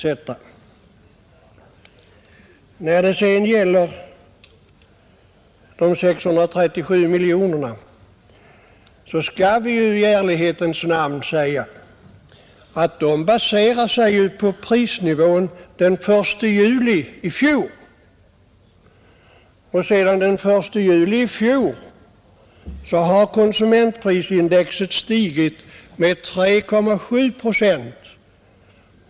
Vad sedan beträffar inkomstförstärkningen med de 637 miljonerna skall det i ärlighetens namn sägas att beloppet baserar sig på prisnivån den 1 juli i fjol, men sedan den 1 juli i fjol har konsumentprisindex stigit med 3,7 procent.